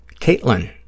Caitlin